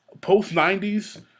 post-90s